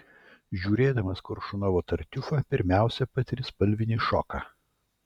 žiūrėdamas koršunovo tartiufą pirmiausia patiri spalvinį šoką